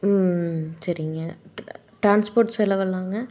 ம் சரிங்க ட்ரான்ஸ்போர்ட் செலவெல்லாங்க